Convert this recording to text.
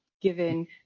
given